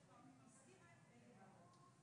שאתם תגדילו את